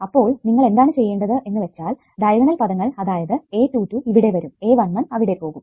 അപ്പോൾ നിങ്ങൾ എന്താണ് ചെയ്യേണ്ടത് എന്ന് വെച്ചാൽ ഡയഗണൽ പദങ്ങൾ അതായതു a22 ഇവിടെ വരും a11 അവിടെ പോകും